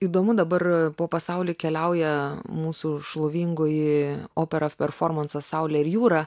įdomu dabar po pasaulį keliauja mūsų šlovingoji opera performansas saulė ir jūra